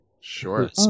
Sure